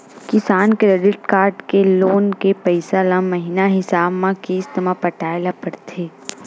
किसान credit card के लोन के पइसा ल महिना हिसाब म किस्त म पटाए ल परथे